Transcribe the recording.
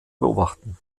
beobachten